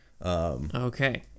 Okay